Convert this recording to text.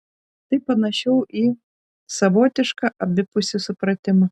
tai panašiau į savotišką abipusį supratimą